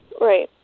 Right